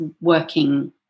working